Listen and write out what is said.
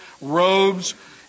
robes